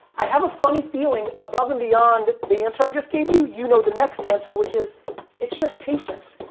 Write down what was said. i have a funny feeling above and beyond the answer i just gave you, you know the next answer which is it's just patience.